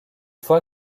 fois